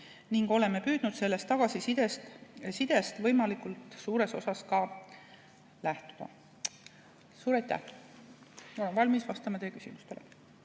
ning oleme püüdnud saadud tagasisidest võimalikult suures osas ka lähtuda. Suur aitäh! Olen valmis vastama teie küsimustele.